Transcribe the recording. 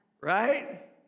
Right